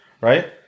Right